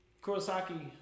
Kurosaki